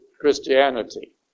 Christianity